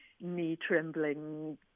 knee-trembling